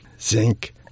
zinc